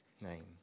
name